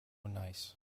nice